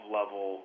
level